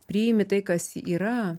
priimi tai kas yra